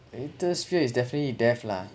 greatest fear is definitely death lah